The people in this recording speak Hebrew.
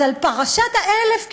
אז על פרשת ה-1000,